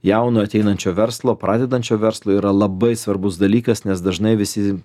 jaunuo ateinančio verslo pradedančio verslo yra labai svarbus dalykas nes dažnai visi